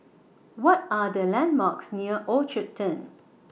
What Are The landmarks near Orchard Turn